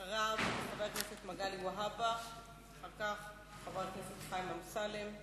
אחריו חבר הכנסת מגלי והבה ואחריו חבר הכנסת חיים אמסלם.